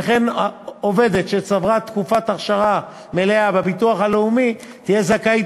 וכן עובדת שצברה תקופת אכשרה מלאה בביטוח הלאומי תהיה זכאית